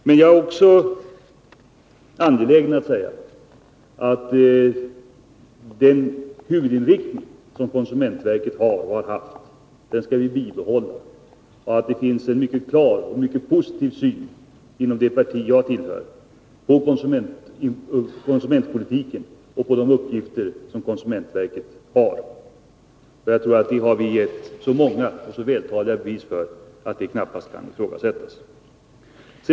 Men jag är också angelägen om att säga att vi skall bibehålla den huvudinriktning som konsumentverket har och har haft. Inom det parti jag tillhör finns det en mycket klar och mycket positiv syn på konsumentpolitiken och de uppgifter som konsumentverket har. Det tror jag att vi har gett så många och så vältaliga bevis för, att det knappast kan ifrågasättas.